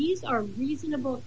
these are reasonable